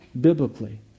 biblically